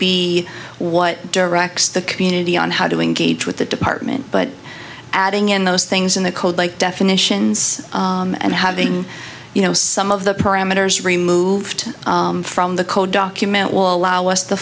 be what directs the community on how to engage with that department but adding in those things in the code like definitions and having you know some of the parameters removed from the code document will allow us the